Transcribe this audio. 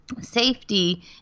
safety